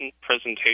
Presentation